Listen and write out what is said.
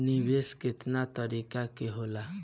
निवेस केतना तरीका के होला?